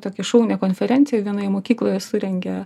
tokią šaunią konferenciją vienoje mokykloje surengė